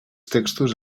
textos